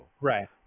right